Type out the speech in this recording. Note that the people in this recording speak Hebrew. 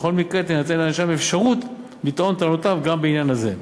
בכל מקרה תינתן לנאשם אפשרות לטעון טענותיו גם בעניין הזה.